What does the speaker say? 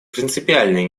принципиальное